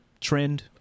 trend